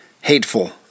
hateful